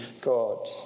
God